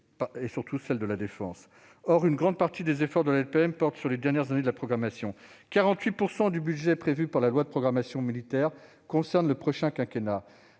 surtout en matière de défense. Or une grande partie des efforts de la LPM portent sur les dernières années de la programmation : 48 % du budget prévu par la loi de programmation militaire concerne le prochain quinquennat.